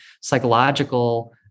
psychological